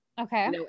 okay